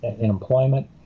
employment